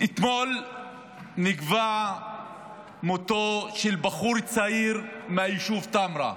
אתמול נקבע מותו של בחור צעיר מהיישוב טמרה,